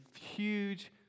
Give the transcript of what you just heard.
huge